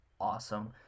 awesome